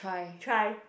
try